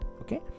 Okay